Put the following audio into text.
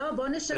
בוא נשנה את החוק.